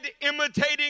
imitating